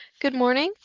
good morning.